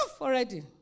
already